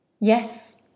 Yes